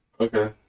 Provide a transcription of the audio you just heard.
Okay